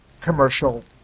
commercial